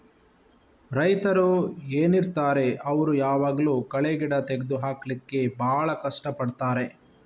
ರೈತರು ಏನಿರ್ತಾರೆ ಅವ್ರು ಯಾವಾಗ್ಲೂ ಕಳೆ ಗಿಡ ತೆಗ್ದು ಹಾಕ್ಲಿಕ್ಕೆ ಭಾಳ ಕಷ್ಟ ಪಡ್ತಾರೆ